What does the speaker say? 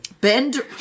Bend